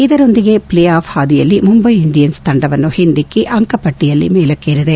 ಇದರೊಂದಿಗೆ play off ಹಾದಿಯಲ್ಲಿ Mumbai Indians ತಂಡವನ್ನು ಹಿಂದಿಕ್ಕ ಅಂಕಪಟ್ಟಯಲ್ಲಿ ಮೇಲಕ್ಕೇರಿದೆ